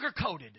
sugarcoated